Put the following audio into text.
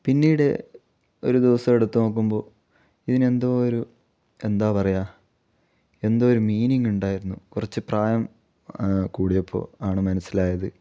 പിന്നീട് ഒരു ദിവസം എടുത്ത് നോക്കുമ്പോൾ ഇതിനെന്തോ ഒരു എന്താ പറയുക എന്തോ ഒരു മീനിങ് ഉണ്ടായിരുന്നു കുറച്ച് പ്രായം കൂടിയപ്പോൾ ആണ് മനസ്സിലായത്